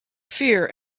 fear